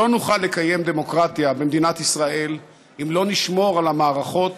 לא נוכל לקיים דמוקרטיה במדינת ישראל אם לא נשמור על המערכות